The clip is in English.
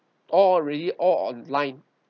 already all online